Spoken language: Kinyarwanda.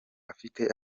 afite